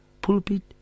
pulpit